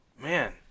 Man